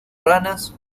ranas